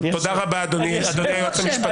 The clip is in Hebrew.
תודה רבה, אדוני היועץ המשפטי.